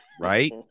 right